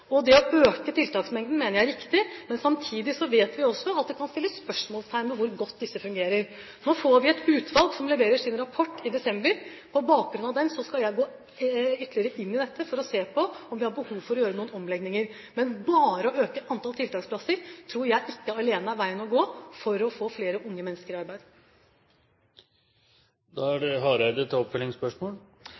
Det å øke tiltaksmengden mener jeg er riktig. Men samtidig vet vi også at det kan settes spørsmålstegn ved hvor godt dette fungerer. Nå får vi et utvalg som leverer sin rapport i desember. På bakgrunn av den skal jeg gå ytterligere inn i dette for å se på om vi har behov for å gjøre noen omlegninger. Men alene å øke antallet tiltaksplasser tror jeg ikke er veien å gå for å få flere unge mennesker i